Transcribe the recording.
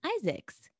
Isaacs